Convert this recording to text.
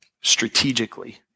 strategically